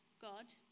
God